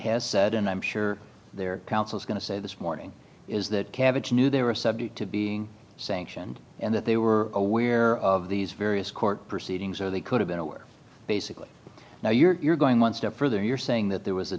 has said and i'm sure their counsel is going to say this morning is that cabbage knew they were subject to being sanctioned and that they were aware of these various court proceedings or they could have been aware basically now you're going one step further you're saying that there was a